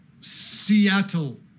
Seattle